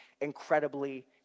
incredibly